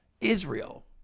Israel